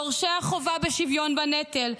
דורשי החובה בשוויון בנטל,